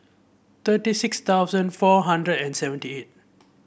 thirty six thousand four hundred and seventy eight